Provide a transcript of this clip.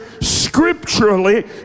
scripturally